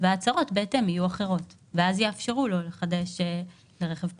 ההצהרות בהתאם יהיו אחרות ואז יאפשרו לו לחדש לרכב פרטי.